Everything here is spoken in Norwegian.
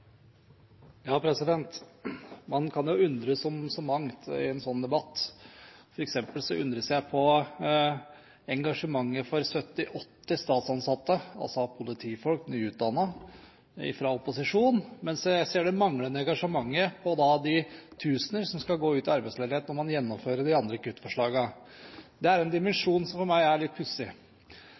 Man kan undres på så mangt i en slik debatt. For eksempel undres jeg på engasjementet fra opposisjonen for 70–80 statsansatte – nyutdannede politifolk – mens jeg ser det manglende engasjementet for de tusener som skal gå ut i arbeidsledighet når man gjennomfører de andre kuttforslagene. Det er en dimensjon som for meg er litt pussig.